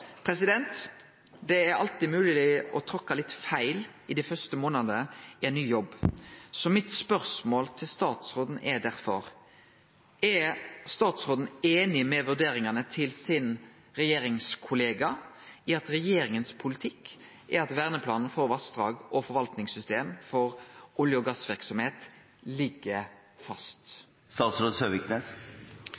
Det er alltid mogleg å trakke litt feil dei første månadene i ein ny jobb, så mitt spørsmål til statsråden er derfor: Er statsråden einig i vurderingane til regjeringskollegaen sin, at regjeringas politikk er at verneplanen for vassdrag og forvaltningssystem for olje- og gassverksemd ligg fast?